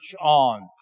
on